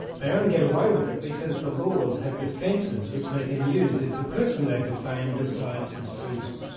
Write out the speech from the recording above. they only get away with it because the laws have defences which they can use if the person they've defamed decides to sue them.